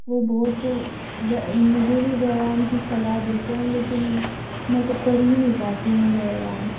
वो बहुत व्य मुझे भी व्यायाम की सलाह देते हैं लेकिन मैं तो कर ही नहीं पाती हूँ व्यायाम